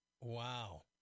Wow